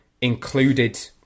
included